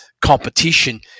competition